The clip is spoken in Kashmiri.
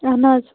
اَہَن حظ